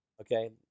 Okay